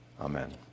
Amen